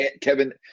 Kevin